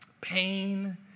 pain